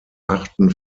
achten